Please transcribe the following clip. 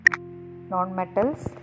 non-metals